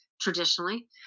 traditionally